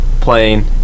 playing